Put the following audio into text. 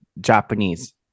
Japanese